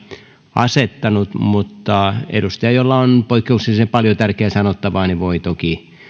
asettanut mutta edustaja jolla on poikkeuksellisen paljon tärkeää sanottavaa voi toki